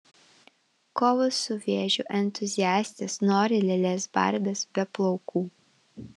kovos su vėžiu entuziastės nori lėlės barbės be plaukų